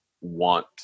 want